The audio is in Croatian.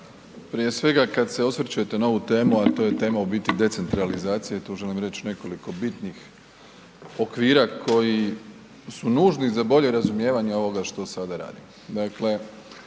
Prije svega kada se osvrćete na ovu temu, a to je tema u biti decentralizacije tu želim reći nekoliko bitnih okvira koji su nužni za bolje razumijevanje ovoga što sada radimo.